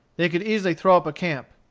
they could easily throw up a camp.